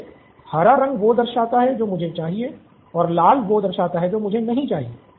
जैसे हरा रंग वो दर्शाता है जो मुझे चाहिए और लाल वो दर्शाता है जो मुझे नहीं चाहिए